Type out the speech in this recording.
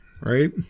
right